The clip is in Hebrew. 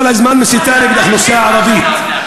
כל הזמן מסיתה נגד האוכלוסייה הערבית.